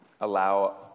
allow